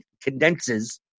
condenses